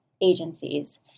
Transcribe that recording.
agencies